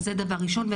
זה דבר ראשון.